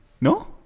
No